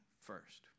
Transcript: first